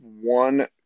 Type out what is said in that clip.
one